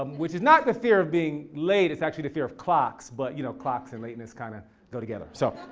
um which is not the fear of being late, it's actually the fear of clocks. but you know clocks and lateness kinda go together, so.